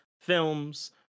films